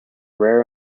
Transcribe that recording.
rare